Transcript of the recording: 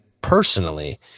personally